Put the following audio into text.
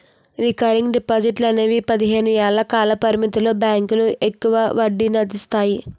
recurring డిపాజిట్లు అనేవి పదిహేను ఏళ్ల కాల పరిమితితో బ్యాంకులు ఎక్కువ వడ్డీనందిస్తాయి